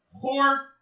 Poor